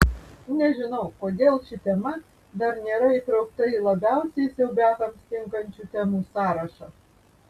nežinau kodėl ši tema dar nėra įtraukta į labiausiai siaubiakams tinkančių temų sąrašą